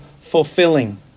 fulfilling